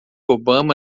obama